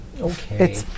okay